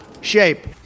shape